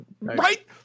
right